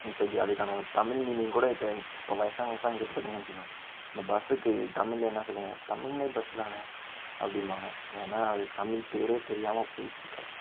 இப்போ அதுக்கான தமிழ் மீனிங் கூட இப்போ இப்போ வயசானவங்ள்கிட்டலாம் கேட்டு பார்த்திங்கனா வச்சுக்கோங்க இந்த பஸ்ஸுக்கு தமிழில் என்ன சொல்வீங்க தமிழ்லயும் பஸ் தானே அப்படிபாங்க ஏன்னா அதுக்கு தமிழ் பேரே தெரியாமல் போய்டுச்சு இப்போ